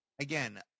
again